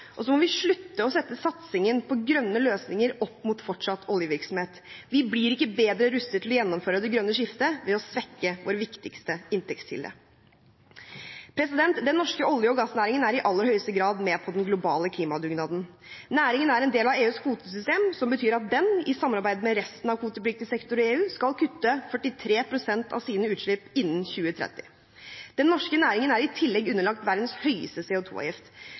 Og så må vi slutte å sette satsingen på grønne løsninger opp mot fortsatt oljevirksomhet. Vi blir ikke bedre rustet til å gjennomføre det grønne skiftet ved å svekke vår viktigste inntektskilde. Den norske olje- og gassnæringen er i aller høyeste grad med på den globale klimadugnaden. Næringen er en del av EUs kvotesystem, som betyr at den, i samarbeid med resten av kvotepliktig sektor i EU, skal kutte 43 pst. av sine utslipp innen 2030. Den norske næringen er i tillegg underlagt verdens høyeste